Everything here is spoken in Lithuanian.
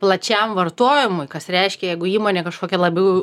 plačiam vartojimui kas reiškia jeigu įmonė kažkokia labiau